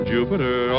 Jupiter